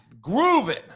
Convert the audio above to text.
grooving